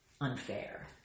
unfair